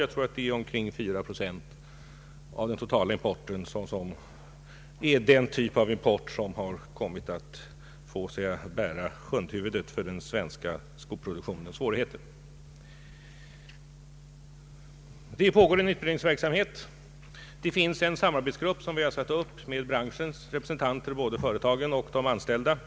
Jag tror att omkring 4 procent av den totala införseln utgöres av den typ av import som har kommit att få bära hundhuvudet för den svenska skoproduktionens svårigheter. Det pågår utredningsverksamhet på detta område. Det har också tillsatts en samarbetsgrupp, vari branschens representanter både för företagen och för de anställda ingår.